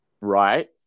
Right